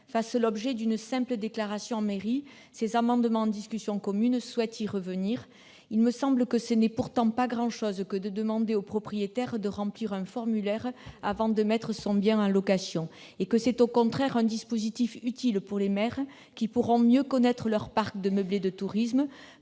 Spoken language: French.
fasse l'objet d'une simple déclaration en mairie. Ces amendements en discussion commune tendent à revenir sur cette mesure. Ce n'est pourtant pas grand-chose que de demander aux propriétaires de remplir un formulaire avant de mettre leur bien en location. Ce dispositif est, au contraire, utile pour les maires, qui pourront mieux connaître leur parc de meublés de tourisme,